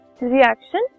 reaction